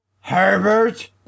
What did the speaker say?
Herbert